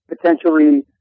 potentially